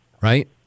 right